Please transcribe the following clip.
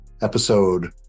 Episode